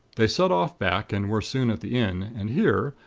they set off back, and were soon at the inn, and here,